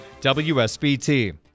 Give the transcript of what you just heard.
WSBT